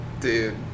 Dude